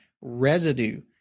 residue